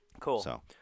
Cool